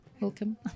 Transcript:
welcome